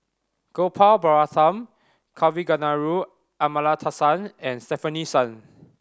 Gopal Baratham Kavignareru Amallathasan and Stefanie Sun